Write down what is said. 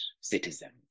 citizens